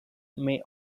may